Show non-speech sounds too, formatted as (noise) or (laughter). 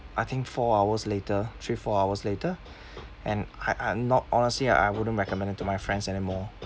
I think four hours later three four hours later (breath) and I I'm not honestly I wouldn't recommend it to my friends anymore